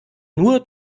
nur